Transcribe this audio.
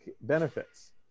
benefits